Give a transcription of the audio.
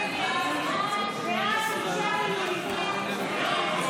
הסתייגות 795 לא נתקבלה.